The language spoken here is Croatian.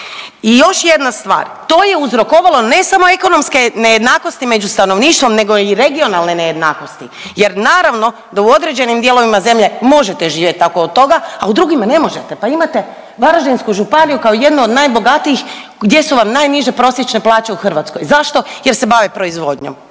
I još jedna stvar to je uzrokovalo ne samo ekonomske nejednakosti među stanovništvom nego i regionalne nejednakosti jer naravno da u određenim dijelovima zemlje možete živjeti tako od toga, a u drugima ne možete, pa imate Varaždinsku županiju kao jednu od najbogatijih gdje su vam najniže prosječne plaće u Hrvatskoj. Zašto? Jer se bave proizvodnjom,